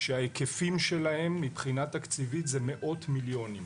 שההיקפים שלהם מבחינה תקציבית זה מאות מיליונים.